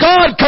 God